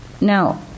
now